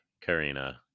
Karina